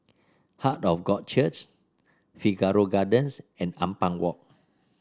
Heart of God Church Figaro Gardens and Ampang Walk